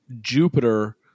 Jupiter